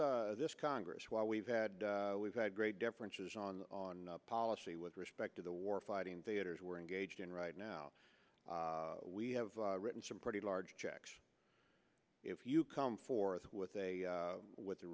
this this congress while we've had we've had great differences on on policy with respect to the war fighting theaters we're engaged in right now we have written some pretty large checks if you come forth with a with